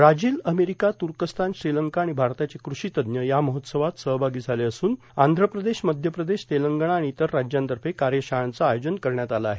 Brazil America तुर्कस्थान श्रीलंका आणि भारताचे कृषितज्ञ या महोत्सवात सहभागी झाले असून आंध्र प्रदेश मध्य प्रदेश तेलंगणा आणि इतर राज्यांतर्फे कार्यशाळांचं आयोजन करण्यात आलं आहे